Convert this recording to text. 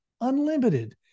unlimited